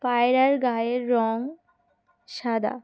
পায়রার গায়ের রঙ সাদা